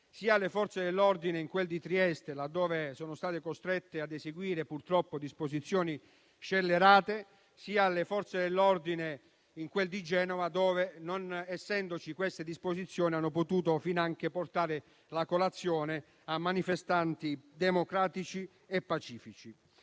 sia alle Forze dell'ordine in quel di Trieste, laddove sono state costrette a eseguire purtroppo disposizioni scellerate, sia alle Forze dell'ordine in quel di Genova, dove, non essendoci queste disposizioni, hanno potuto finanche portare la colazione a manifestanti democratici e pacifici.